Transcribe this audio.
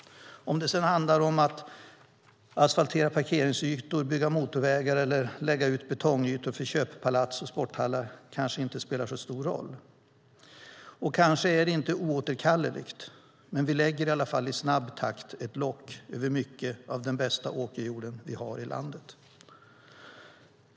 Om det sedan handlar om att asfaltera parkeringsytor, bygga motorvägar eller lägga ut betongytor för köppalats och sporthallar kanske inte spelar så stor roll. Det kanske inte heller är oåterkalleligt, men vi lägger i alla fall i snabb takt ett lock över mycket av den bästa åkerjorden vi har i landet.